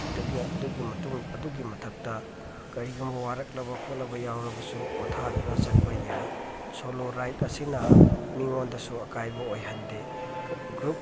ꯑꯗꯨꯒꯤ ꯃꯇꯨꯡ ꯑꯗꯨꯒꯤ ꯃꯊꯛꯇ ꯀꯔꯤꯒꯨꯝꯕ ꯋꯥꯔꯛꯂꯕ ꯈꯣꯠꯂꯕ ꯌꯥꯎꯔꯕꯁꯨ ꯄꯣꯠꯊꯥꯗꯨꯅ ꯆꯠꯄ ꯌꯥꯏ ꯁꯣꯂꯣ ꯔꯥꯏꯠ ꯑꯁꯤꯅ ꯃꯤꯉꯣꯟꯗꯁꯨ ꯑꯀꯥꯏꯕ ꯑꯣꯏꯍꯟꯗꯦ ꯒ꯭ꯔꯨꯞ